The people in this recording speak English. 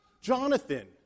Jonathan